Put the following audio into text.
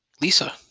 Lisa